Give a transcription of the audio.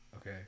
Okay